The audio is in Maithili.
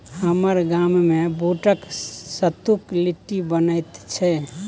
हमर गाममे बूटक सत्तुक लिट्टी बनैत छै